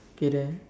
okay then